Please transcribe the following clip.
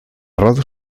roda